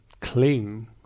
cling